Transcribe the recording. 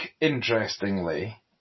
interestingly